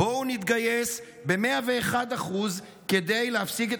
בואו נתגייס ב-101 אחוז כדי להפסיק את